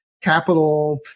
capital